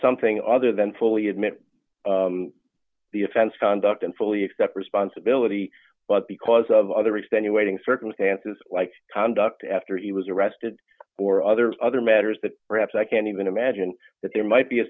something other than fully admit the offense conduct and fully accept responsibility but because of other extenuating circumstances like conduct after he was arrested or others other matters that perhaps i can't even imagine that there might be a